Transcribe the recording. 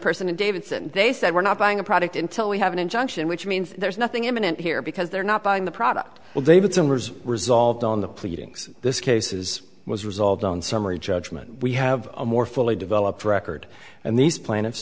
person in davidson they said we're not buying a product until we have an injunction which means there's nothing imminent here because they're not buying the product well david somers resolved on the pleadings this cases was resolved on summary judgment we have a more fully developed record and these plaintiffs